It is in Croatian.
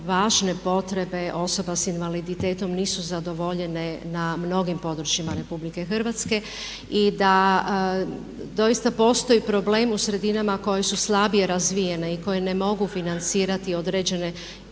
važne potrebe osoba s invaliditetom nisu zadovoljene na mnogim područjima RH i da doista postoji problem u sredinama koje su slabije razvijene i koje ne mogu financirati određene,